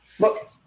Look